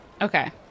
Okay